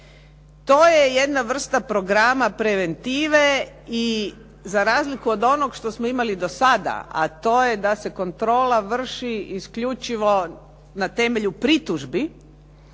To je jedna vrsta programa preventive i za razliku od onog što smo imali do sada, a to je da se kontrola vrši isključivo na temelju pritužbi,